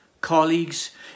colleagues